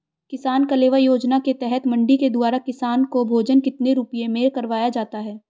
किसान कलेवा योजना के तहत मंडी के द्वारा किसान को भोजन कितने रुपए में करवाया जाता है?